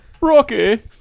Rocky